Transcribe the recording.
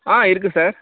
ஆ இருக்குது சார்